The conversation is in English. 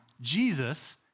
Jesus